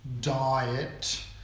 diet